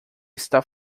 está